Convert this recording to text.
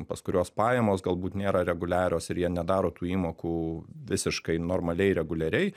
pas kuriuos pajamos galbūt nėra reguliarios ir jie nedaro tų įmokų visiškai normaliai reguliariai